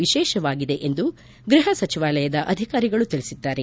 ವಿಶೇಷವಾಗಿದೆ ಎಂದು ಗೃಹ ಸಚಿವಾಲಯದ ಅಧಿಕಾರಿಗಳು ತಿಳಿಸಿದ್ದಾರೆ